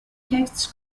texts